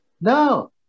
No